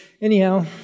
Anyhow